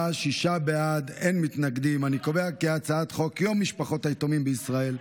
הצעת חוק יום משפחות היתומים בישראל,